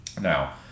Now